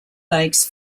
lakes